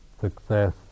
success